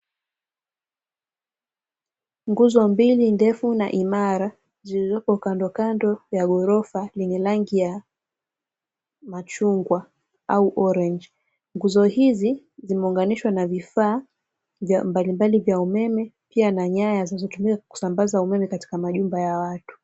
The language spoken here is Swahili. Nguzo mbili ndefu na imara zilizopo kando kando ya ghorofa lenye rangi ya Machungwa au (orenji), nguzo hizi zimeunganishwa na vifaa mbalimbali vya umeme, pia na nyaya zilizotumika kusambaza umeme katika majumba ya watu.